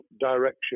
direction